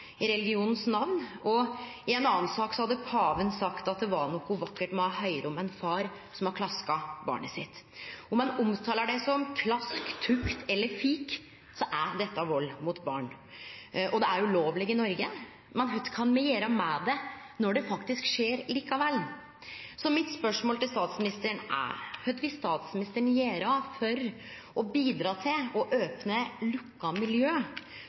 i religionens namn, og i ei anna sak hadde paven sagt at det var noko vakkert med å høyre om ein far som har klaska barnet sitt. Om ein omtalar det som klask, tukt eller fik, er dette vald mot barn, og det er ulovleg i Noreg. Men kva kan me gjere med det når det faktisk skjer likevel? Mitt spørsmål til statsministeren er: Kva vil statsministeren gjere for å bidra til å opne lukka miljø